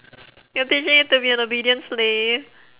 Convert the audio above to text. you're teaching it to be an obedient slave